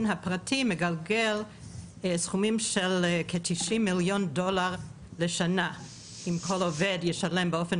הפרטי מגלגלת סכומים של כ 90 מיליון דולר בשנה עם כל עובד ישלם באופן